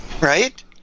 Right